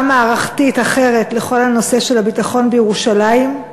מערכתית אחרת לכל הנושא של הביטחון בירושלים,